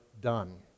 done